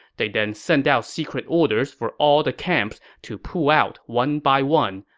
they then sent out secret orders for all the camps to pull out one by one,